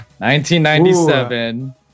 1997